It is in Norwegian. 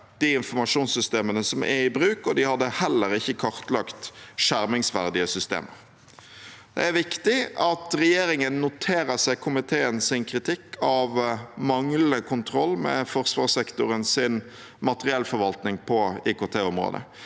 de informasjonssystemene som er i bruk, og de hadde heller ikke kartlagt skjermingsverdige systemer. Det er viktig at regjeringen noterer seg komiteens kritikk av manglende kontroll med forsvarssektorens materiellforvaltning på IKT-området.